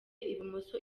ibumoso